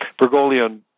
Bergoglio